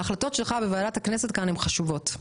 ההחלטות שלך בוועדת הכנסת כאן הם חשובות.